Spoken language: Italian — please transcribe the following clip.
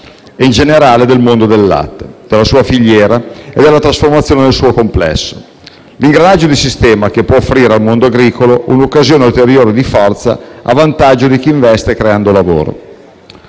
e in generale del mondo del latte, della sua filiera e della trasformazione nel suo complesso, l'ingranaggio di sistema che può offrire al mondo agricolo un'occasione ulteriore di forza a vantaggio di chi investe creando lavoro.